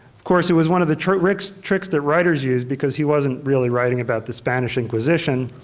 of course it was one of the tricks tricks that writers use because he wasn't really writing about the spanish inquisition.